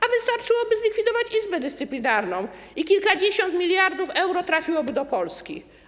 A wystarczyłoby zlikwidować Izbę Dyscyplinarną i kilkadziesiąt miliardów euro trafiłoby do Polski.